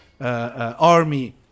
army